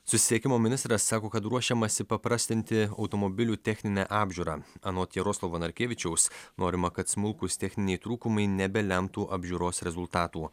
susisiekimo ministras sako kad ruošiamasi paprastinti automobilių techninę apžiūrą anot jaroslavo narkevičiaus norima kad smulkūs techniniai trūkumai nebelemtų apžiūros rezultatų